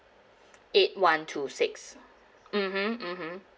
eight one two six mmhmm mmhmm